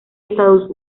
estados